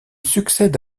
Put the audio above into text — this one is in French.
succède